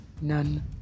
none